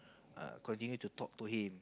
err continue to talk to him